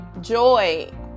joy